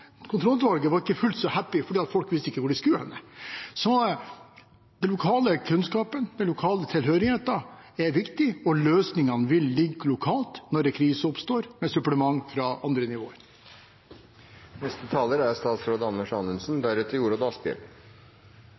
Kontrollutvalget var ikke fullt så «happy», for folk visst ikke hvor de skulle hen. Så den lokale kunnskapen og den lokale tilhørigheten er viktig. Løsningene vil ligge lokalt når en krise oppstår, med supplement fra andre nivåer. Først til Lise Christoffersen og spørsmålet om beredskapsrådene i kommunene: Det er